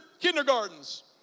kindergartens